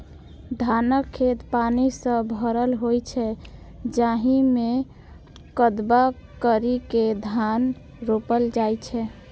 धानक खेत पानि सं भरल होइ छै, जाहि मे कदबा करि के धान रोपल जाइ छै